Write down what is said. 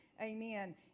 amen